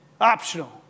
Optional